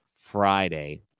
Friday